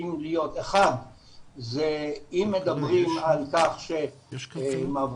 צריכים להיות 1. אם מדברים על כך שמעברי